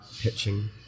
pitching